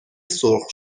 سرخ